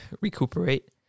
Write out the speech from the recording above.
recuperate